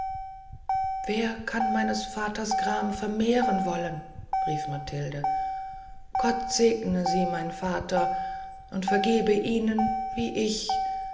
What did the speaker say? wer kann meines vaters gram vermehren wollen rief matilde gott segne sie mein vater und vergebe ihnen wie ich